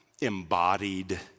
embodied